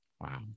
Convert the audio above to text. Wow